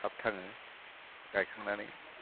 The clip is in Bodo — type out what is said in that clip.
थाब थाङो गायखांनानै